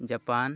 Japan